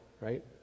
right